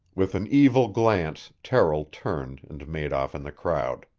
with an evil glance terrill turned and made off in the crowd.